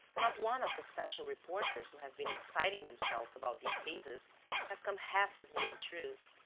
not one of the special reporters who have been exciting themselves about these cases has come half as near the truth.